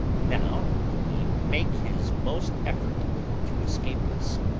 now he make his most effort to escape us.